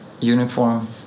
uniform